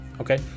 Okay